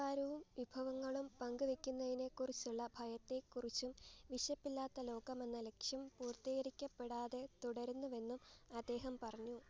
അധികാരവും വിഭവങ്ങളും പങ്കുവയ്ക്കുന്നതിനെക്കുറിച്ചുള്ള ഭയത്തെക്കുറിച്ചും വിശപ്പില്ലാത്ത ലോകമെന്ന ലക്ഷ്യം പൂര്ത്തീകരിക്കപ്പെടാതെ തുടരുന്നുവെന്നും അദ്ദേഹം പറഞ്ഞു